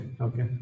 okay